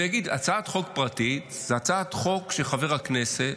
ויגיד שהצעת חוק פרטית היא הצעת חוק כשחבר הכנסת